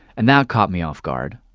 and that caught me off guard.